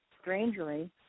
strangely